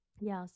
Yes